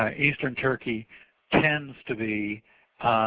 ah eastern turkey tends to be